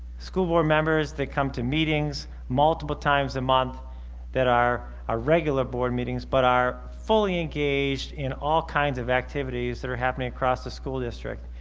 school board members that come to meetings multiple times a month that our ah regular board meetings, but are fully engaged in all kinds of activities that are happening across the school district.